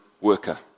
worker